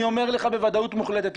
אני אומר לך בוודאות מוחלטת,